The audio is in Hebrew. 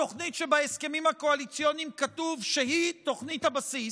התוכנית שבהסכמים הקואליציוניים כתוב שהיא תוכנית הבסיס,